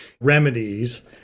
remedies